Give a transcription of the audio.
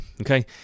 okay